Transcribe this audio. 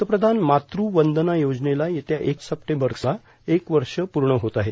पंतप्रधान मातू वंदना योजनेला येत्या एक सप्टेंबरला एक वर्ष प्रर्ण होत आहे